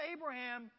Abraham